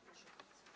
Proszę bardzo.